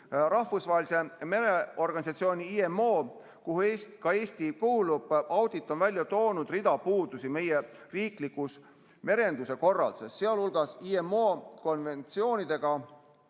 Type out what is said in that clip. "Rahvusvahelise Mereorganisatsiooni IMO, kuhu ka Eesti kuulub, audit on välja toonud rida puudusi meie riiklikus merenduse korralduses, sealhulgas IMO konventsioonidega